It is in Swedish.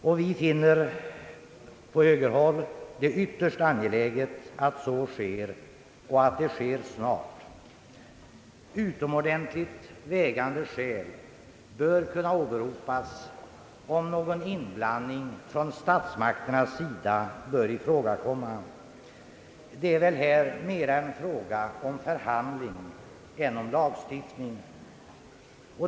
Inom högerpartiet finner vi det ytterst angeläget att så sker, och att det sker snart. Utomordentligt vägande skäl bör kunna åberopas, om någon inblandning från statsmakterna skall ifrågakomma. Det är väl här mera en fråga om förhandling än om lagstiftning.